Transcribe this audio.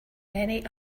many